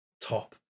top